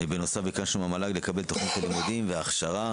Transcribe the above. ביקשנו מהמל"ג לקבל את תכנית הלימודים וההכשרה